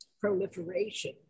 proliferation